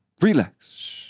relax